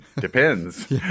depends